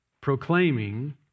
proclaiming